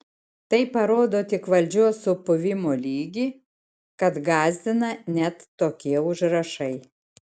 tai parodo tik valdžios supuvimo lygį kad gąsdina net tokie užrašai